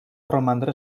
romandre